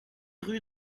rue